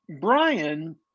Brian